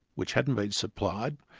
which hadn't been supplied,